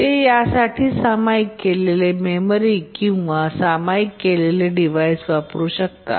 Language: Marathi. ते यासाठी सामायिक केलेली मेमरी किंवा सामायिक केलेले डिव्हाइस वापरू शकतात